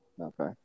okay